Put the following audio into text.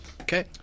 Okay